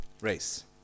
race